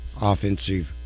offensive